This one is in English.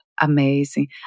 amazing